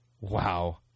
wow